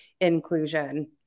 inclusion